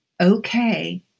Okay